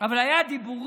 אבל היו דיבורים,